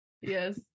Yes